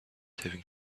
having